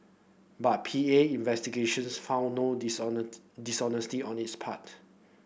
but P A investigations found no dishonesty on his part